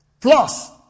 Plus